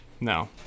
No